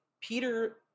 Peter